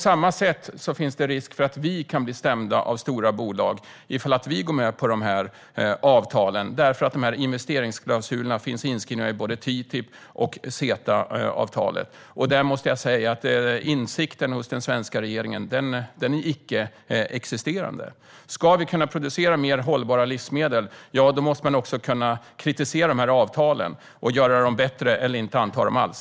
Det finns risk för att vi kan bli stämda på samma sätt av stora bolag ifall vi går med på de här avtalen. Investeringsklausuler finns nämligen inskrivna i både TTIP och CETA. Insikten om det är icke-existerande hos den svenska regeringen. Om vi ska kunna producera mer hållbara livsmedel måste vi också kunna kritisera avtalen och göra dem bättre eller inte anta dem alls.